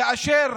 כאשר